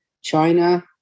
China